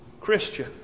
Christian